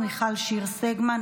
מיכל שיר סגמן,